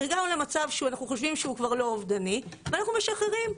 הגענו למצב שאנחנו חושבים שהוא כבר לא אובדני ואנחנו משחררים.